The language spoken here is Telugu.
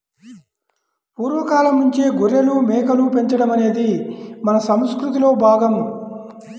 పూర్వ కాలంనుంచే గొర్రెలు, మేకలు పెంచడం అనేది మన సంసృతిలో భాగం